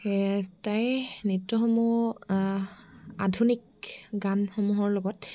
সেয়েহে তাই নৃত্যসমূহ আধুনিক গানসমূহৰ লগত